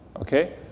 Okay